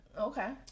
Okay